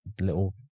little